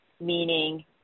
meaning